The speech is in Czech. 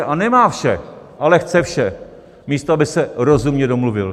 A nemá vše, ale chce vše místo toho, aby se rozumně domluvil.